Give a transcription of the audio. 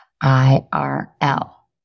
I-R-L